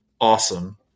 awesome